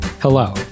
Hello